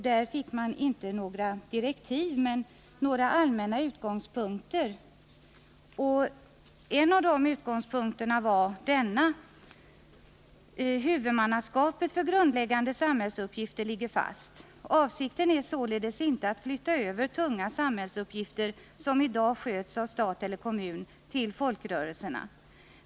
Den fick inte några direktiv men några allmänna utgångspunkter. En av de utgångspunkterna var att huvudmannaskapet för grundläggande samhällsuppgifter ligger fast. Avsikten var således inte att till folkrörelserna flytta över tunga samhällsuppgifter som i dag sköts av stat eller kommun.